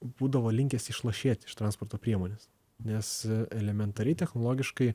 būdavo linkęs išlašėti iš transporto priemonės nes elementariai technologiškai